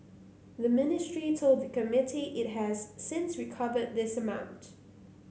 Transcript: the ministry told the committee it has since recovered this amount